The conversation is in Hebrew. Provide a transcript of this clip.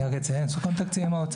אני רק אציין, סוכם תקציב עם האוצר.